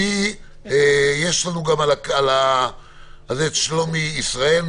נמצא איתנו בזום שלומי ישראל,